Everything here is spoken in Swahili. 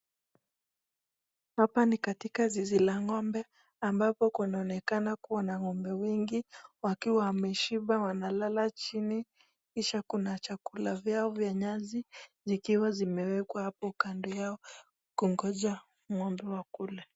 Hapa ni katika zizi la ngombe, ambapo kunaoneka kuwa na ngombe wengi, wakiwa wameshiba wanalala chini, kisha kuna chakula vyao vya nyasi, zikiwa zimewekwa hapo kando yao. Kungoja ngombe wakule.